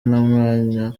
n’umwanya